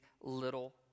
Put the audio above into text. little